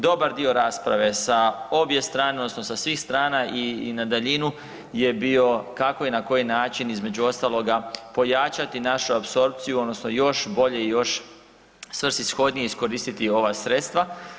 Dobar dio rasprave sa obje strane odnosno sa svih strana i na daljinu je bio kako i na koji način između ostaloga pojačati našu apsorpciju odnosno još bolje i još svrsishodnije iskoristiti ova sredstva.